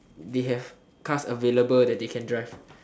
they have cars available that they can drive